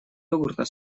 йогурта